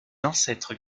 ancêtres